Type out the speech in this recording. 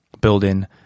building